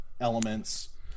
elements